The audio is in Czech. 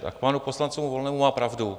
A k panu poslanci Volnému má pravdu.